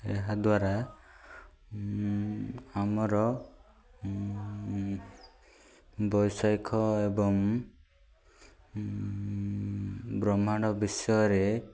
ଏହାଦ୍ୱାରା ଆମର ବୈଷୟିକ ଏବଂ ବ୍ରହ୍ମାଣ୍ଡ ବିଷୟରେ